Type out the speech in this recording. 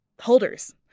Holders